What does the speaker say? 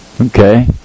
Okay